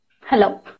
hello